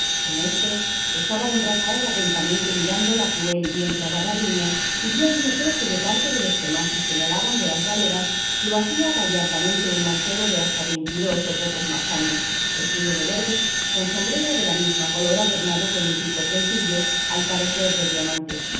en esto estaba don rafael atentamente mirando la cruel y bien trabada riña y vio y notó que de parte de los que más se señalaban de las galeras lo hacía gallardamente un mancebo de hasta veinte y dos o pocos más años vestido de verde con un sombrero de la misma color adornado con un rico trencillo al parecer de diamantes